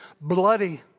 bloody